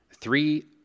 three